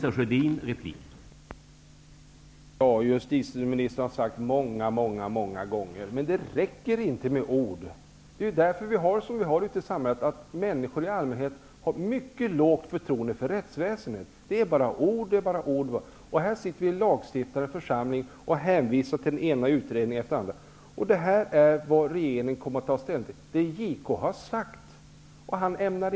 Herr talman! Ja, justitieministern har sagt detta många, många gånger. Men det räcker inte med ord. Det är ju därför vi har det som vi har det ute i samhället. Människor i allmänhet har mycket litet förtroende för rättsväsendet. Det är bara ord. Här sitter vi i lagstiftande församling och hänvisar till den ena utredningen efter den andra. Det JK har sagt är det regeringen kommer att ta ställning till.